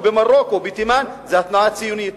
במרוקו ובתימן זה התנועה הציונית,